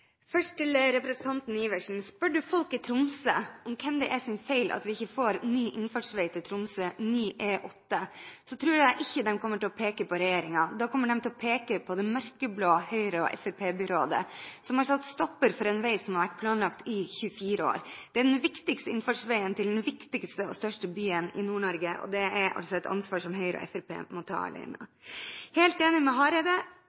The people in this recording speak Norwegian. Først til representanten Iversen: Spør du folk i Tromsø om hvem det er sin feil at vi ikke får ny innfartsvei til Tromsø, ny E8, tror jeg ikke de kommer til å peke på regjeringen. Da kommer de til å peke på det mørkeblå Høyre- og Fremskrittsparti-byrådet, som har satt en stopper for en vei som har vært planlagt i 24 år – den viktigste innfartsveien til den viktigste og største byen i Nord-Norge – og det er et ansvar som Høyre og Fremskrittspartiet må ta alene. Jeg er helt enig med Hareide: